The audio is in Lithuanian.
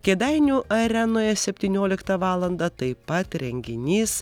kėdainių arenoje septynioliktą valandą taip pat renginys